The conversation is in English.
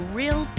real